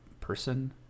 person